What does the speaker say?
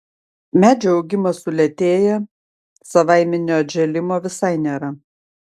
medžių augimas sulėtėja savaiminio atžėlimo visai nėra